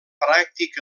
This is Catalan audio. pràctic